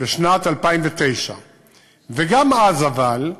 בשנת 2009. גם אז, אבל,